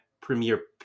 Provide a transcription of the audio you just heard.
premiere